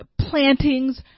plantings